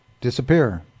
disappear